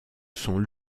sont